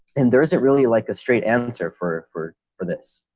and there isn't really like a straight answer for for for this.